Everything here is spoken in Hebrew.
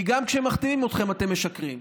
כי גם כשמחתימים אתכם אתם משקרים.